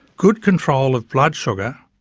good control of blood sugar,